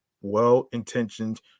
well-intentioned